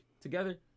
together